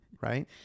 Right